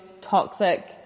toxic